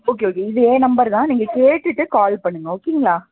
okay okay இது என் number தான் நீங்கள் கேட்டுவிட்டு கால் பண்ணுங்க ஓகேங்களா